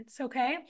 Okay